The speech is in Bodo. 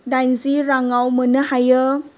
दाइनजि राङाव मोननो हायो